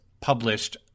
published